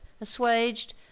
assuaged